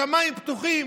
השמיים פתוחים.